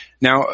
Now